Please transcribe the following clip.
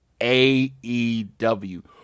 AEW